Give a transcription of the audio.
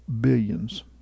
billions